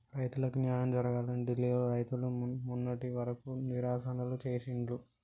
రైతులకు న్యాయం జరగాలని ఢిల్లీ లో రైతులు మొన్నటి వరకు నిరసనలు చేసిండ్లు